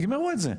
תגמרו את זה,